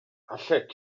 allet